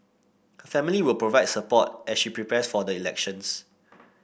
her family will provide support as she prepares for the elections